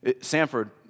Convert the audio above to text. Sanford